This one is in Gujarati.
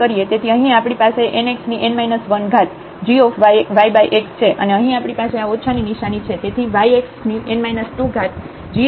તેથી અહીં આપણી પાસે nxn 1gyx છે અને અહીં આપણી પાસે આ ઓછા ની નિશાની છે